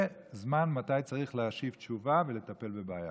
וזמן, מתי צריך להשיב תשובה ולטפל בבעיה.